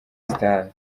stars